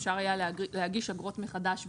אפשר היה להגיש אגרות מחדש,